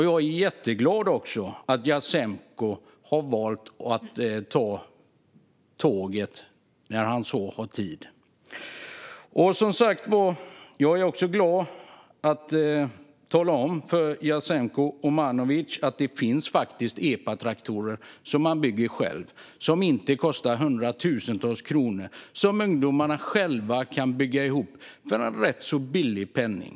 Jag är jätteglad att Jasenko väljer att ta tåget när han har tid. Jag är också glad att kunna tala om för Jasenko Omanovic att det faktiskt finns epatraktorer som inte kostar hundratusentals frågor och som ungdomarna själva kan bygga ihop för en rätt billig penning.